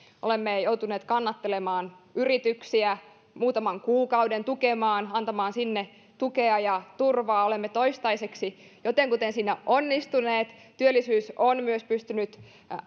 olemme joutuneet kannattelemaan yrityksiä muutaman kuukauden tukemaan antamaan sinne tukea ja turvaa olemme toistaiseksi jotenkuten siinä onnistuneet työllisyys on myös pystynyt